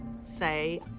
say